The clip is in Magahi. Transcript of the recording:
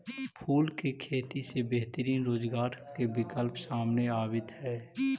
फूल के खेती से बेहतरीन रोजगार के विकल्प सामने आवित हइ